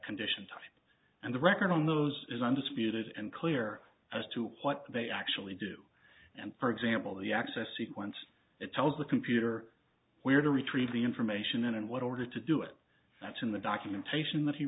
condition time and the record on those is undisputed and clear as to what they actually do and for example the access sequence it tells the computer where to retrieve the information and what order to do it that's in the documentation that he